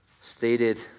stated